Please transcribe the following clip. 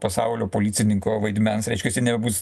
pasaulio policininko vaidmens reiškias ji nebebus